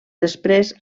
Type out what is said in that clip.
després